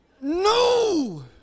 no